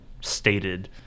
stated